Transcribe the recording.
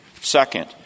Second